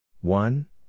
One